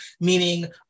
meaning